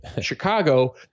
Chicago